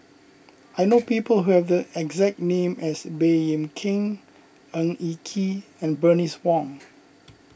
I know people who have the exact name as Baey Yam Keng Ng Eng Kee and Bernice Wong